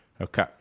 Okay